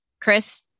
Chris